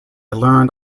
learned